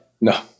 No